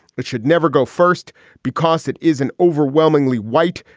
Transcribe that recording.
that should never go first because it is an overwhelmingly white,